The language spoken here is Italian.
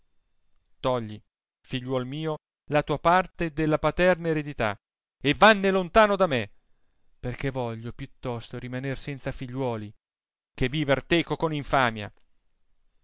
togli figliuol mio la tua parte della paterna eredità e vanne lontano da me perchè voglio più tosto rimaner senza figliuoli che viver teco con infamia